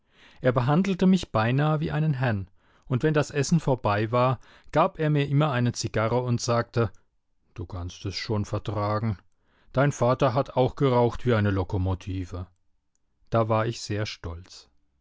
er behandelte mich beinahe wie einen herrn und wenn das essen vorbei war gab er mir immer eine zigarre und sagte du kannst es schon vertragen dein vater hat auch geraucht wie eine lokomotive da war ich sehr stolz